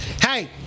Hey